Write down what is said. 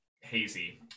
hazy